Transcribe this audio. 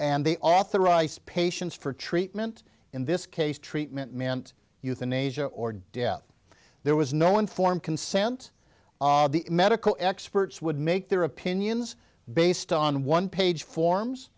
and they authorized patients for treatment in this case treatment meant euthanasia or death there was no informed consent the medical experts would make their opinions based on one page forms